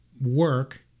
work